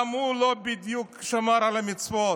גם הוא לא בדיוק שמר על המצוות.